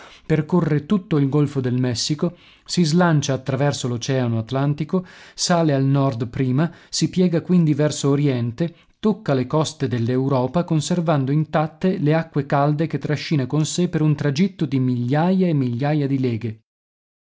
percorre tutto il golfo del messico si slancia attraverso l'oceano atlantico sale al nord prima si piega quindi verso oriente tocca le coste dell'europa conservando intatte le acque calde che trascina con sé per un tragitto di migliaia e migliaia di leghe